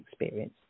experience